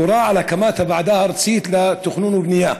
הורה על הקמת הוועדה הארצית לתכנון ובנייה,